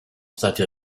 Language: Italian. stati